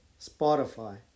Spotify